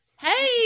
Hey